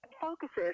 focuses